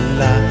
la